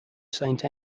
saint